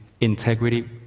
integrity